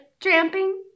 tramping